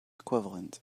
equivalent